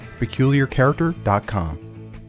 PeculiarCharacter.com